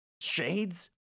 Shades